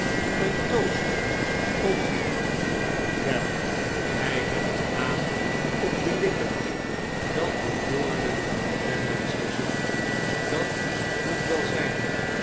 een toast op wien wel gij hebt den naam op de lippen dat behoorde ten minste zoo dat moet wel zijn